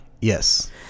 Yes